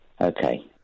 Okay